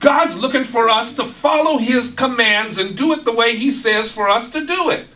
god's looking for us to follow his commands and do it the way he says for us to do it